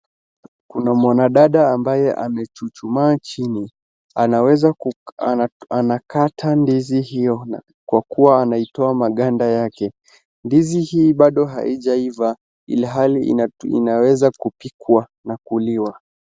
Kuna mwanadada ambaye amechuchumaa chini, anaweza anakata ndizi hiyo kwa kuwa anaitoa maganda yake. Ndizi hii bado haijaiva ilhali inaweza kupikwa na kuliwa.